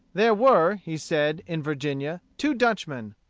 there were, he said, in virginia, two dutchmen,